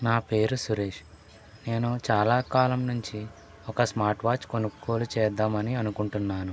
నా పేరు సురేష్ నేను చాలా కాలం నుంచి ఒక స్మార్ట్వాచ్ కొనుగోలు చేద్దాం అని అనుకుంటున్నాను